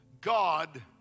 God